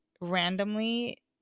randomly